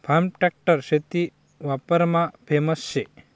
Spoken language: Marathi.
फार्म ट्रॅक्टर शेती वापरमा फेमस शे